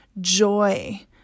joy